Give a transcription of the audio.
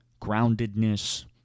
groundedness